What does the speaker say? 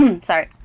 Sorry